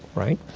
right?